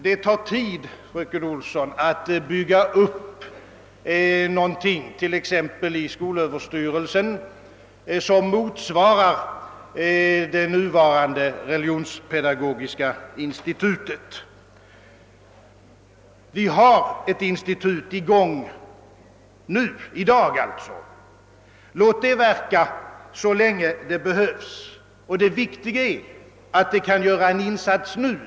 Det tar tid, fröken Olsson, att t.ex. i skolöverstyrelsen bygga upp någonting som motsvarar det nuvarande Religionspedagogiska institutet. Vi har ett institut i dag; låt det verka så länge det behövs! Det viktiga är att det kan göra en insats nu.